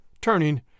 turning